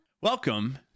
Welcome